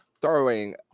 throwing